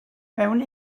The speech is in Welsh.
mewn